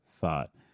thought